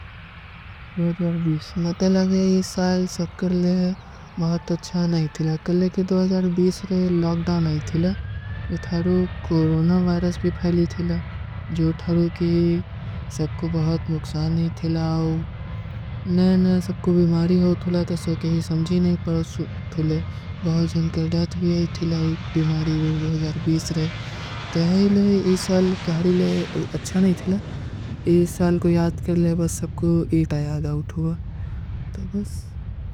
ମତେ ଲଗେ ଇସ ସାଲ ସବକରଲେ ମହତ ଅଚ୍ଛା ନହୀଂ ଥିଲା। କରଲେ କି ରେ ଲୋଗଡାଉନ ଆଈ ଥିଲା। ଇତାରୋ କୋରୋନା ଵାଇରସ ଭୀ ଫୈଲୀ ଥିଲା। ଜୋ ତାରୋ କୀ ସବକୋ ବହୁତ ମୁକ୍ଷାନ ନହୀଂ ଥିଲା। ନହୀଂ ନହୀଂ ସବକୋ ବିମାରୀ ହୋ ଥୁଲା ତସକେ, ସମଝୀ ନହୀଂ ପର ଉସ ଥୁଲେ। ବହୁତ ଜନକର ଡେଥ ଭୀ ଆଈ ଥିଲା ବିମାରୀ ରେ। ତରହେ ଲୋଗେ ଇସ ସାଲ କରଲେ ଅଚ୍ଛା ନହୀଂ ଥିଲା। ଇସ ସାଲ କୋ ଯାଦ କରଲେ ବସ ସବକୋ ଇତା ଯାଦ ଆଉଠ ହୁଆ। ତୋ ବସ।